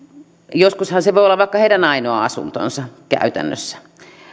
joskushan se voi olla vaikka heidän ainoa asuntonsa käytännössä